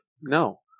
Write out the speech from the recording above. No